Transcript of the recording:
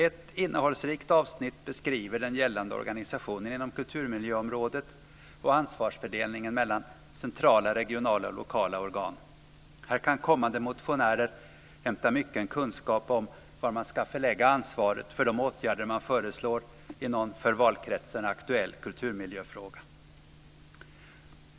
Ett innehållsrikt avsnitt beskriver den gällande organisationen inom kulturmiljöområdet och ansvarsfördelningen mellan centrala, regionala och lokala organ. Här kan kommande motionärer hämta mycken kunskap om var man ska förlägga ansvaret för de åtgärder man föreslår i någon för valkretsen aktuell kulturmiljöfråga.